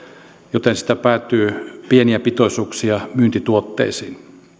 joten sitä päätyy pieniä pitoisuuksia myyntituotteisiin